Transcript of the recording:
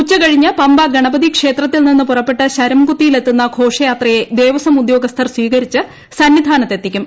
ഉച്ച കഴിഞ്ഞ് പമ്പ ഗണപതി ക്ഷേത്രത്തിൽ നിന്ന് പുറപ്പെട്ട് ശരംകുത്തിയിൽ എത്തുന്ന ഘോഷയാത്രയെ ദേവസ്വം ഉദ്യോഗസ്ഥർ സ്വീകരിച്ച് സന്നിധാനത്ത് എത്തിക്കും